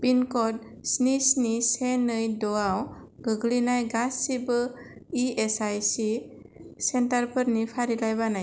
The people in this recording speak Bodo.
पिनकड स्नि स्नि से नै ड'याव गोग्लैनाय गासिबो इएसआइसि सेन्टारफोरनि फारिलाइ बानाय